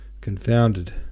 confounded